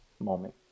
moment